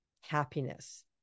happiness